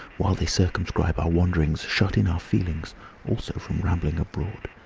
while they circumscribe our wanderings, shut in our feelings also from rambling abroad,